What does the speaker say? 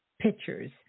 pictures